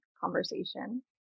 conversation